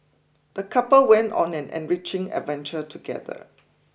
the couple went on an enriching adventure together